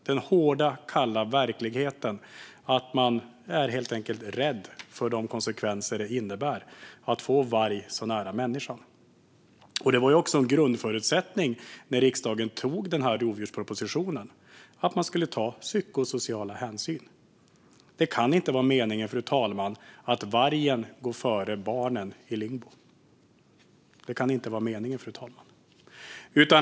Den hårda, kalla verkligheten är att man helt enkelt är rädd för de konsekvenser det innebär att få varg så nära människan. När riksdagen antog rovdjurspropositionen var en grundförutsättning att det skulle tas psykosociala hänsyn. Det kan inte vara meningen, fru talman, att vargen ska gå före barnen i Lingbo.